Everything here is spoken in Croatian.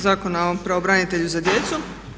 Zakona o pravobranitelju za djecu.